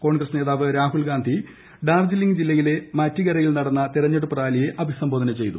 കോൺഗ്രസ് നേതാവ് രാഹുൽ ഗാന്ധി ഡാർജിലിംഗ് ജില്ലയിലെ മാറ്റിഗരയിൽ നടന്ന തെരഞ്ഞെടുപ്പ് റാലിയെ അഭിസംബോധന ചെയ്തു